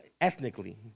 ethnically